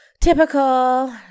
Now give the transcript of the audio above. Typical